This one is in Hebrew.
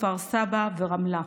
כפר סבא ורמלה.